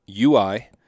UI